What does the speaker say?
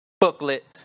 booklet